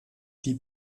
die